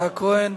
יצחק כהן.